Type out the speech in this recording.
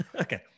Okay